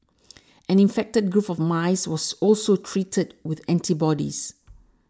an infected group of mice was also treated with antibodies